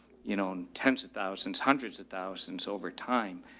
you know, tens of thousands, hundreds of thousands over time,